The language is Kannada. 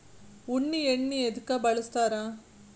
ಉಣ್ಣಿ ಎಣ್ಣಿ ಎದ್ಕ ಬಳಸ್ತಾರ್?